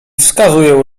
wskazuję